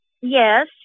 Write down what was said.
Yes